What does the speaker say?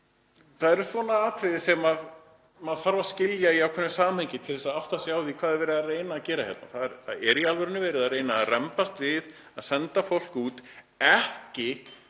Það eru svona atriði sem maður þarf að skilja í ákveðnu samhengi til að átta sig á því hvað er verið að reyna að gera hérna. Það er í alvörunni verið að rembast við að senda fólk úr landi